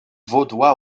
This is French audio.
vaudois